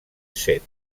set